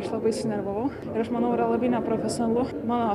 aš labai sunervavau ir aš manau yra labai neprofesionalu mano